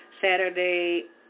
Saturday